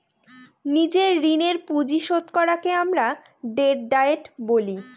নিজের ঋণের পুঁজি শোধ করাকে আমরা ডেট ডায়েট বলি